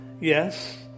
Yes